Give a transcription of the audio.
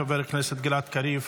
חבר הכנסת גלעד קריב,